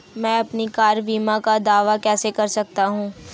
मैं अपनी कार बीमा का दावा कैसे कर सकता हूं?